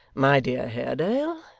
my dear haredale,